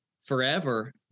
forever